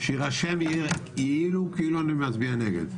שיירשם כאילו אני מצביע נגד.